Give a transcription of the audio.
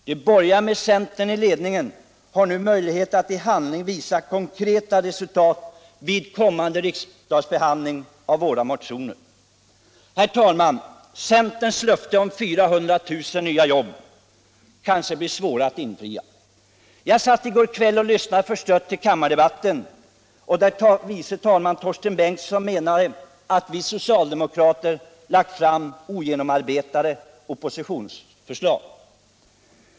De borgerliga med centern i ledningen har nu möjlighet att vid kommande riksdagsbehandling av våra motioner genom handling åstadkomma konkreta resultat. Herr talman! Centerns löfte om 400 000 nya jobb kanske blir det svåraste att infria. Jag satt i går kväll och lyssnade litet förstrött till kammardebatten och hörde då att förste vice talmannen Torsten Bengtson menade att vi socialdemokrater lagt fram ogenomtänkta oppositionsförslag.